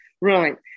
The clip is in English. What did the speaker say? right